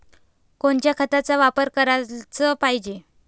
कोनच्या खताचा वापर कराच पायजे?